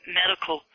medical